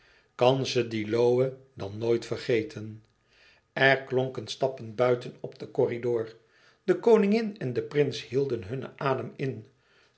ze dien lohe dan nit vergeten e ids aargang r klonken stappen buiten op den corridor de koningin en de prins hielden hunne adem in